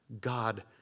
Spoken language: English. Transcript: God